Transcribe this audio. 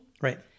Right